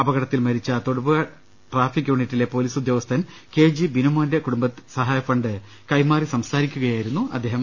അപ കടത്തിൽ മരിച്ച തൊടുപുഴ ട്രാഫിക് യൂണിറ്റിലെ പോലീസുദ്യോഗസ്ഥൻ കെ ജി ബിനുമോന്റെ കുടുംബ സഹായ ഫണ്ട് കൈമാറി സംസാരിക്കുകയായിരുന്നു അദ്ദേ ഹം